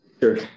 Sure